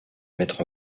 mettre